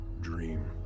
dream